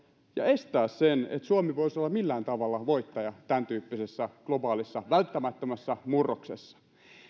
ja estää sen että suomi voisi olla millään tavalla voittaja tämän tyyppisessä globaalissa välttämättömässä murroksessa